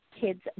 kids